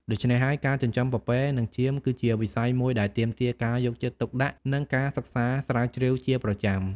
ដូច្នេះហើយ ការចិញ្ចឹមពពែនិងចៀមគឺជាវិស័យមួយដែលទាមទារការយកចិត្តទុកដាក់និងការសិក្សាស្រាវជ្រាវជាប្រចាំ។